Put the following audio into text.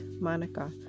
Monica